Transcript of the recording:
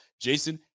Jason